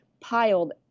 piled